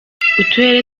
uturere